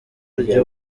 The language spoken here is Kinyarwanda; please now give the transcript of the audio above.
ryo